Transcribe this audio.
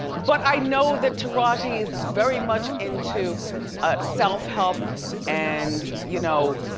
but i know that taraji is very much into ah self-help and you know,